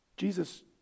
Jesus